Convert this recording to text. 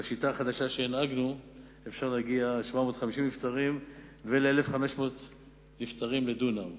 בשיטה החדשה שהנהגנו אפשר להגיע ל-750 נפטרים ול-1,500 נפטרים בדונם.